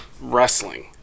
wrestling